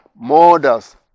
murders